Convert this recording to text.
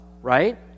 right